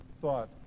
thought